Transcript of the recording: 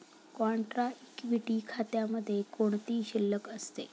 Contra equity खात्यामध्ये कोणती शिल्लक असते?